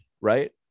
right